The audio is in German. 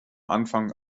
anfang